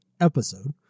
episode